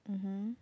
mmhmm